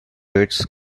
rates